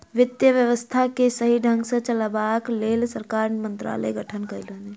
वित्त व्यवस्था के सही ढंग सॅ चलयबाक लेल सरकार मंत्रालयक गठन करने छै